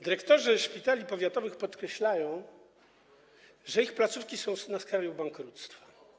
Dyrektorzy szpitali powiatowych podkreślają, że ich placówki są na skraju bankructwa.